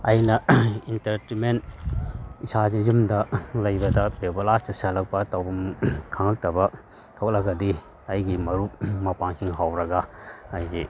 ꯑꯩꯅ ꯏꯟꯇꯔꯇꯦꯟꯃꯦꯟ ꯏꯁꯥꯁꯤ ꯌꯨꯝꯗ ꯂꯩꯕꯗ ꯕꯦꯕꯣꯂꯥ ꯆꯨꯁꯤꯜꯂꯛꯄ ꯇꯧꯕꯝ ꯈꯪꯉꯛꯇꯕ ꯊꯣꯛꯂꯒꯗꯤ ꯑꯩꯒꯤ ꯃꯔꯨꯞ ꯃꯄꯥꯡꯁꯤꯡ ꯍꯧꯔꯒ ꯑꯩꯒꯤ